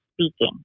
speaking